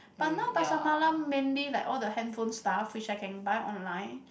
but now Pasar Malam mainly like all the handphone stuff which I can buy online